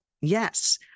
Yes